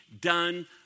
done